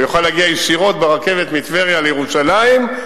הוא יוכל להגיע ישירות ברכבת מטבריה לירושלים,